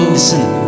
Listen